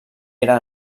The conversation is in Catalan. era